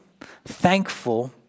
thankful